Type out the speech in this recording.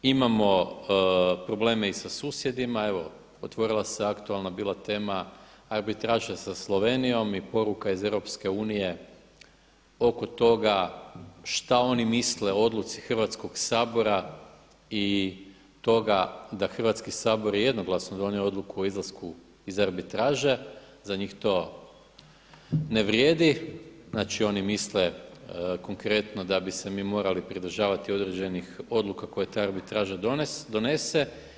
Imamo probleme i sa susjedima, evo otvorila se aktualna bila tema arbitraža sa Slovenijom i poruka iz EU oko toga šta oni misle o odluci Hrvatskog sabora i toga da Hrvatski sabor je jednoglasno donio odluku o izlasku iz arbitraže, za njih to ne vrijedi, znači oni misle konkretno da bi se mi morali pridržavati određenih odluka koje ta arbitraža donese.